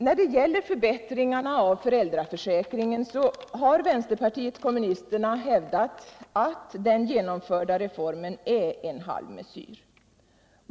När det gäller förbättringarna av föräldraförsäkringen, så har vänsterpartiet kommunisterna hävdat att den genomförda reformen är en halvmesyr.